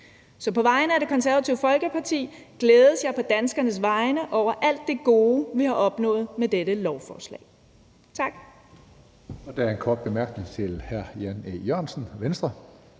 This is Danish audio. Så på vegne af Det Konservative Folkeparti glædes jeg på danskernes vegne over alt det gode, vi har opnået med dette lovforslag. Tak.